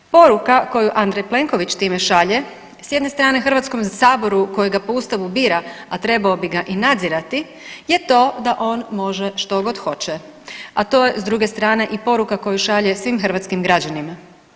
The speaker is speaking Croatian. Poruka koju Andrej Plenković time šalje s jedne strane, HS-u kojega po Ustavu bira, a trebao bi ga i nadzirati je to da on može što god hoće, a to je s druge strane, i poruka koju šalje svim hrvatskim građanima.